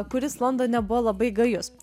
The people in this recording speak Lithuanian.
kuris londone buvo labai gajus